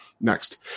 Next